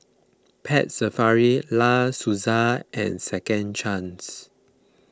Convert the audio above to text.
Pet Safari La Senza and Second Chance